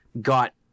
got